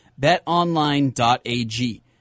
BetOnline.ag